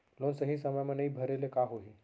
Loan सही समय मा नई भरे ले का होही?